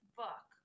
book